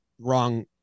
wrong